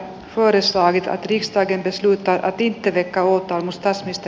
nuorisoa raketista istui tartin kirikouttomista syistä